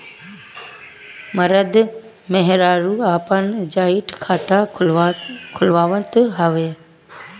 मरद मेहरारू आपन जॉइंट खाता खुलवावत हवन